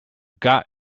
got